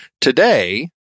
today